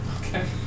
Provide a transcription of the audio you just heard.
Okay